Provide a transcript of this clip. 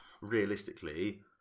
realistically